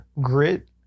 grit